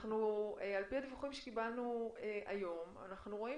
על פי הדיווחים שקיבלנו היום אנחנו רואים